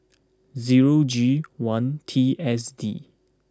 zero G one T S D